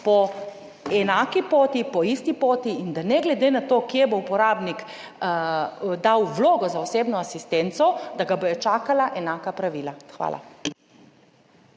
po enaki poti, po isti poti in da ne glede na to kje bo uporabnik dal vlogo za osebno asistenco, da ga bodo čakala enaka pravila. Hvala.